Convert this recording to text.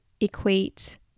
equate